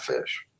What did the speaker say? fish